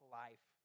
life